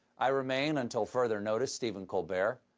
i remain, until further notice, stephen colbert.